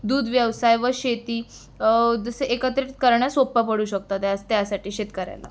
दूध व्यवसाय व शेती जसे एकत्रित करणं सोपं पडू शकतं त्या त्यासाठी शेतकऱ्याला